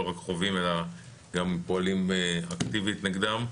לא רק חווים אלא גם פועלים אקטיבית נגדה.